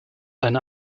eine